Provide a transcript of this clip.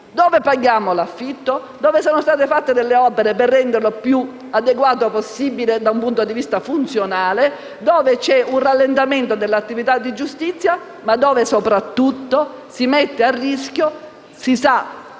dove paghiamo l'affitto, dove sono state fatte opere per renderlo più adeguato possibile da un punto di vista funzionale, dove c'è un rallentamento dell'attività di giustizia, ma, soprattutto, dove si mette a rischio. Si sa,